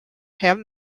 have